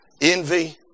envy